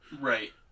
Right